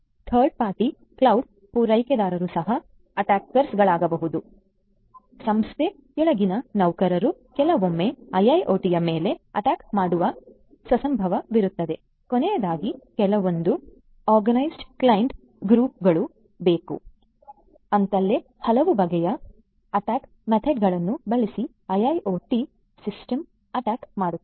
third party cloud ಪೂರೈಕೆದಾರರು ಸಹ attackers ಗಳಾಗಬಹುದು ಸಂಸ್ಥೆ ಯೊಳಗಿನ ನೌಕರರು ಕೆಲೋವೊಮ್ಮೆ IIoT ಯ ಮೇಲೆ ಅಟ್ಯಾಕ್ ಮಾಡುವ ಸಸಂಬವ ವಿರುತ್ತದೆ ಕೊನೆಯದಾಗಿ ಕೆಲೆವೊಂದೂ ಆರ್ಗನೈಜ್ಡ್ ಕ್ರೈಂ ಗ್ರೂಪ್ಗಳು ಬೇಕು ಅಂತಲೇ ಹಲವು ಬಗೆಯ ಅಟ್ಟ್ಯಾಕ್ ಮೆಥಡ್ ಗಳನ್ನೂ ಬಳಸಿ IIoT ಸಿಸ್ಟಮ್ಸ್ ಅಟ್ಯಾಕ್ ಮಾಡುತ್ತಾರೆ